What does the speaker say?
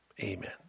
amen